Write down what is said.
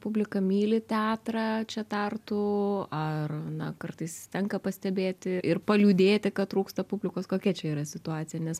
publika myli teatrą čia tartu ar na kartais tenka pastebėti ir paliūdėti kad trūksta publikos kokia čia yra situacija nes